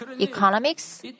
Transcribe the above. economics